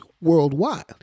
worldwide